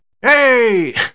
Hey